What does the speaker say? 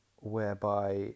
whereby